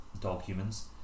dog-humans